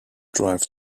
drive